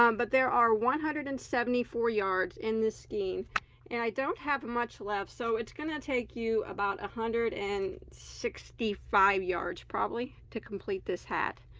um but there are one hundred and seventy four yards this skein and i don't have much left. so it's gonna take you about a hundred and sixty-five yards probably to complete this hat